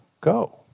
go